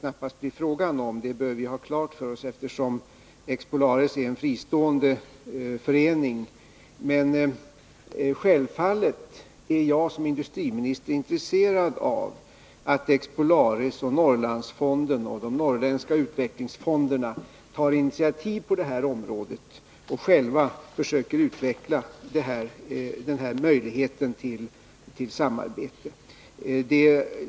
Det bör vi ha klart för oss, eftersom Expolaris är en fristående förening. Men självfallet är jag som industriminister intresserad av att Expolaris, Norrlandsfonden och de norrländska utvecklingsfonderna tar initiativ på detta område och själva försöker utveckla den här möjligheten till samarbete.